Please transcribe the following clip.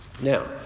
Now